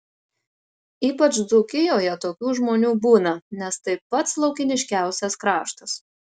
ypač dzūkijoje tokių žmonių būna nes tai pats laukiniškiausias kraštas